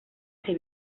ser